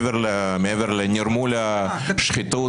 מעבר לנרמול השחיתות,